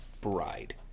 bride